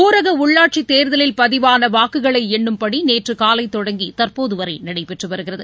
ஊரக உள்ளாட்சி தேர்தலில் பதிவான வாக்குகள் எண்ணும் பணி நேற்று காலை தொடங்கி தற்போது வரை நடைபெற்று வருகிறது